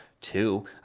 Two